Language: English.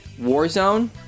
Warzone